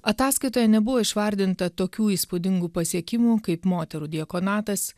ataskaitoje nebuvo išvardinta tokių įspūdingų pasiekimų kaip moterų diakonatas